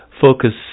Focus